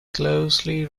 closely